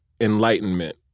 enlightenment